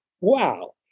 Wow